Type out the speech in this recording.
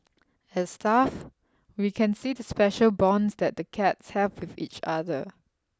as staff we can see the special bonds that the cats have with each other